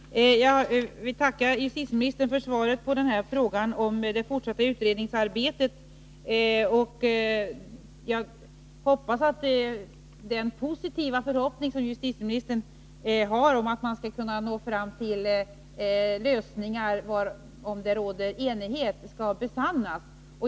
Herr talman! Jag vill tacka justitieministern för svaret på frågan om det fortsatta utredningsarbetet. Jag hoppas att justitieministerns positiva förhoppning, att man skall kunna nå fram till lösningar varom det råder enighet skall besannas.